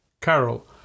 Carol